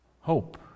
Hope